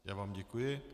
Já vám děkuji.